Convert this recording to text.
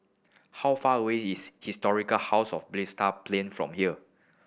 how far away is Historic House of Balestier Plains from here